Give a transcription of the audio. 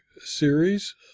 series